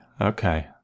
okay